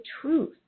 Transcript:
truth